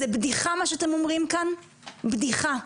מה שאתם אומרים כאן זו בדיחה.